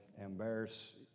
embarrass